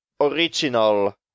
original